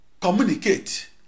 communicate